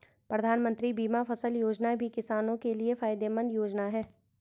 प्रधानमंत्री बीमा फसल योजना भी किसानो के लिये फायदेमंद योजना है